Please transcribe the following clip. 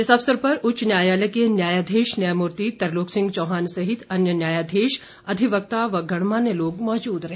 इस अवसर पर उच्च न्यायालय के न्यायाधीश न्यायमूर्ति तरलोक सिंह चौहान सहित अन्य न्यायाधीश अधिवक्ता व गणमान्य लोग मौजुद रहे